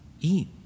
eat